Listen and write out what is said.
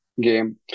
game